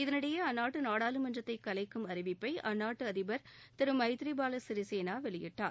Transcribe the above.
இதனிடையே அந்நாட்டு நாடாளுமன்றத்தை கலைக்கும் அந்நாட்டு அதிபா் திரு மைதிரிபால சிறிசேனா வெளியிட்டுள்ளார்